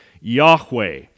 Yahweh